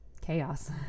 chaos